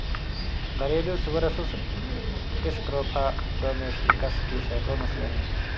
घरेलू सुअर Sus scrofa domesticus की सैकड़ों नस्लें हैं